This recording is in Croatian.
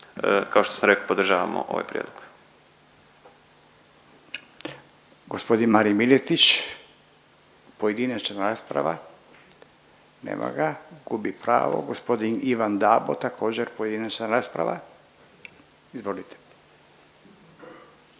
Kao što sam rekao podržavamo ovaj prijedlog. **Radin, Furio (Nezavisni)** Gospodin Marin Miletić pojedinačna rasprava, nema ga gubi pravo. Gospodin Ivan Dabo također pojedinačna rasprava. Izvolite.